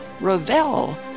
Ravel